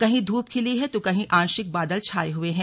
कहीं धूप खिली है तो कहीं आंशिक बादल छाए हुए हैं